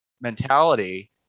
mentality